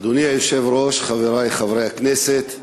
אדוני היושב-ראש, חברי חברי הכנסת,